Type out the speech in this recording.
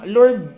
Lord